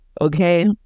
Okay